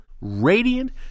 radiant